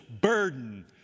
burden